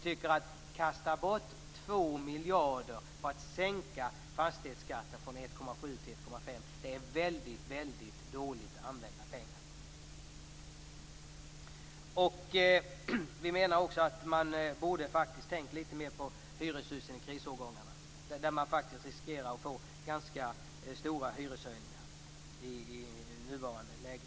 Men att kasta bort 2 miljarder genom att sänka fastighetsskatten från 1,7 % till 1,5 % är dåligt använda pengar. Man borde ha tänkt mer på hyreshusen från krisårgångarna. Där är risken stor för hyreshöjningar i nuvarande läge.